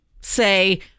say